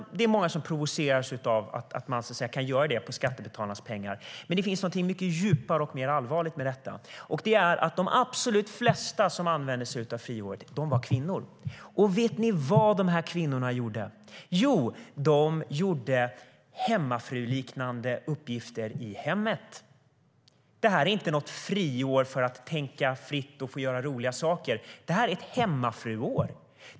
Det är många som provoceras av att man kan ta ett friår på skattebetalarnas bekostnad. Men det finns något som är mycket djupare och mer allvarligt med det här, och det är att de absolut flesta som använde sig av friåret var kvinnor. Och vet ni vad dessa kvinnor gjorde? Jo, de utförde hemmafruliknande uppgifter i hemmet. Det var inte något friår för att få tillfälle att tänka fritt och göra roliga saker, utan det var ett hemmafruår.